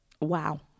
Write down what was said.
wow